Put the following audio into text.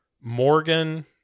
morgan